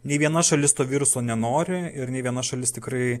nė viena šalis to viruso nenori ir nė viena šalis tikrai